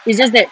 it's just that